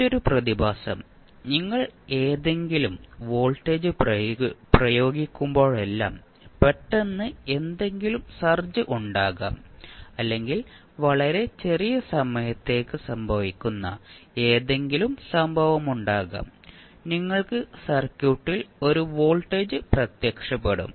മറ്റൊരു പ്രതിഭാസം നിങ്ങൾ ഏതെങ്കിലും വോൾട്ടേജ് പ്രയോഗിക്കുമ്പോഴെല്ലാം പെട്ടെന്ന് എന്തെങ്കിലും സർജ് ഉണ്ടാകാം അല്ലെങ്കിൽ വളരെ ചെറിയ സമയത്തേക്ക് സംഭവിക്കുന്ന ഏതെങ്കിലും സംഭവമുണ്ടാകാം നിങ്ങൾക്ക് സർക്യൂട്ടിൽ ഒരു വോൾട്ടേജ് പ്രത്യക്ഷപ്പെടും